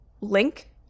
link